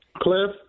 Cliff